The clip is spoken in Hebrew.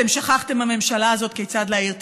אתם שכחתם, הממשלה הזאת, כיצד להעיר תקווה.